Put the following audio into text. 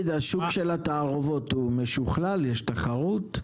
השוק של התערובות הוא משוכלל, יש תחרות?